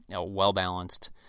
well-balanced